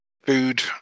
food